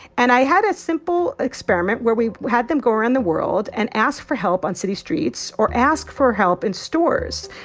and i had a simple experiment where we had them go around the world and ask for help on city streets or ask for help in stores.